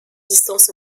résistance